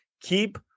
keep